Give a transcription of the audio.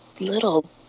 little